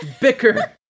bicker